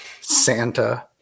Santa